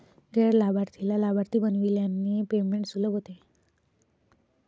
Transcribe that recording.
गैर लाभार्थीला लाभार्थी बनविल्याने पेमेंट सुलभ होते